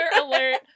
alert